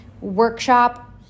workshop